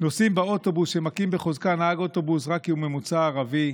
נוסעים באוטובוס שמכים בחוזקה נהג אוטובוס רק כי הוא ממוצא ערבי,